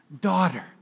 Daughter